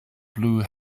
blue